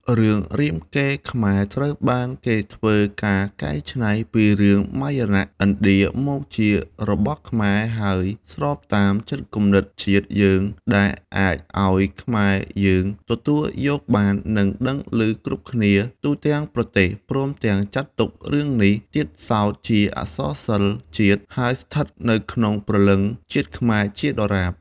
រឿងរាមកេរ្តិ៍ខ្មែរត្រូវបានគេធ្វើការកែច្នៃពីរឿងរាមាយណៈឥណ្ឌាមកជារបស់ខ្មែរ ហើយ ស្របតាមចិត្តគំនិតជាតិយើង ដែលអាចឱ្យខ្មែរយើងទទួលយកបាន និងដឹងឮគ្រប់គ្នាទូទាំង ប្រទេស ព្រមទាំងចាត់ទុករឿងនេះទៀតសោតជាអក្សរសិល្ប៍ជាតិ ហើយស្ថិតនៅក្នុងព្រលឹង ជាតិខ្មែរជាដរាប។